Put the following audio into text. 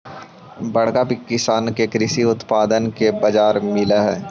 बड़का किसान के कृषि उत्पाद के बाजार मिलऽ हई